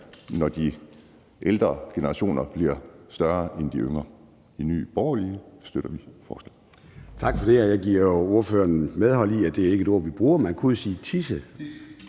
når de ældre generationer bliver større end de yngre. I Nye Borgerlige støtter vi forslaget.